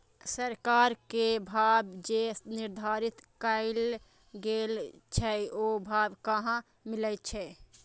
सरकार के भाव जे निर्धारित कायल गेल छै ओ भाव कहाँ मिले छै?